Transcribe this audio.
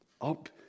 up